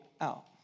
out